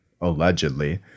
allegedly